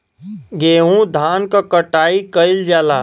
गेंहू धान क कटाई कइल जाला